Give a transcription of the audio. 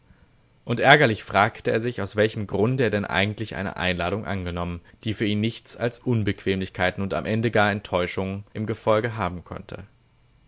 und ärgerlich fragte er sich aus welchem grunde er denn eigentlich eine einladung angenommen die für ihn nichts als unbequemlichkeiten und am ende gar enttäuschungen im gefolge haben konnte